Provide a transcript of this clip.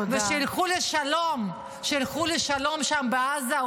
ושילכו לשלום שם בעזה,